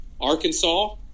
Arkansas